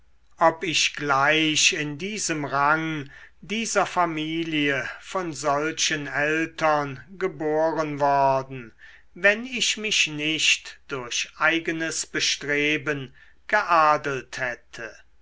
ob ich gleich in diesem rang dieser familie von solchen eltern geboren worden wenn ich mich nicht durch eigenes bestreben geadelt hätte